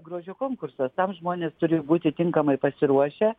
grožio konkursas tam žmonės turi būti tinkamai pasiruošę